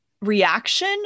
reaction